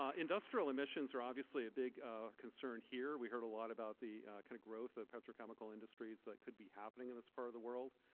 ah industrial emissions are obviously a big concern here. we heard a lot about the kind of growth of petrochemical industries that could be happening in this part of the world.